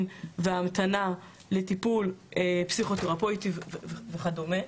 וההמתנה לטיפול פסיכותרפויטי וכדומה,